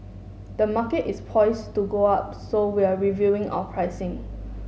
the market is poise to go up so we're reviewing our pricing